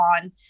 on